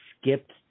skipped